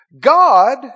God